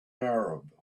arab